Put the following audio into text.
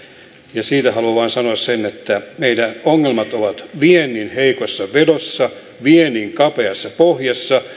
ja siitä haluan vain sanoa sen että meidän ongelmamme ovat viennin heikossa vedossa viennin kapeassa pohjassa